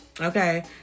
Okay